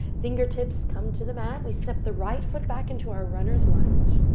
fingertips come to the mat. we set the right foot back into our runner's lunge.